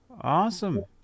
Awesome